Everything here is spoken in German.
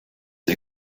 die